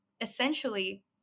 essentially